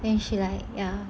then she like ya